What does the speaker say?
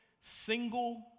Single